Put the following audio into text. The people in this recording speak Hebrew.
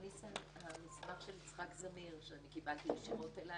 אם כי במאמר שלו יש כמה נימוקים נוספים מעניינים.